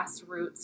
grassroots